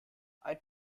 ein